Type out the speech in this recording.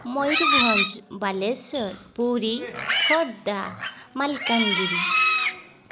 Mayurbhanj Baleswar Puri Khordha Malkangiri